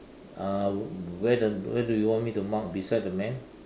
uh where the where do you want me to mark beside the man